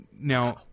Now